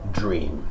dream